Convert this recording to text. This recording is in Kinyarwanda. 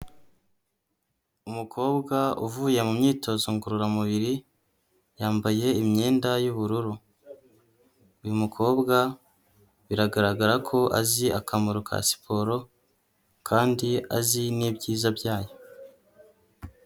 Umukobwa uvuye mu myitozo ngororamubiri, yambaye imyenda y'ubururu. Uyu mukobwa biragaragara ko azi akamaro ka siporo kandi azi n'ibyiza byayo.